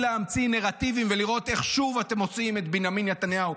ומתחילים להמציא נרטיבים ולראות איך שוב אתם מוציאים את בנימין נתניהו,